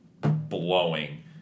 blowing